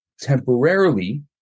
temporarily